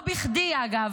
לא בכדי, אגב,